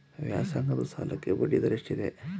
ವ್ಯಾಸಂಗದ ಸಾಲಕ್ಕೆ ಬಡ್ಡಿ ದರ ಎಷ್ಟಿದೆ?